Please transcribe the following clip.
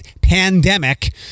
pandemic